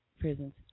prisons